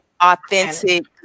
authentic